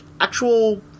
actual